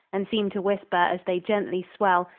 and seem to whisper, as they gently swell,